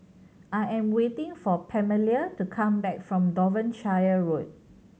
I am waiting for Pamelia to come back from Devonshire Road